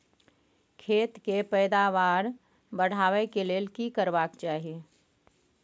खेत के पैदावार बढाबै के लेल की करबा के चाही?